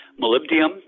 molybdenum